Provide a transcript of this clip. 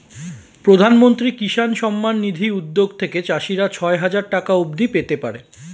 প্রধানমন্ত্রী কিষান সম্মান নিধি উদ্যোগ থেকে চাষিরা ছয় হাজার টাকা অবধি পেতে পারে